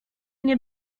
nie